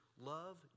Love